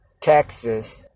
Texas